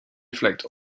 reflect